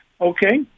Okay